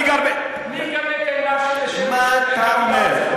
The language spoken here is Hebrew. מה אתה אומר?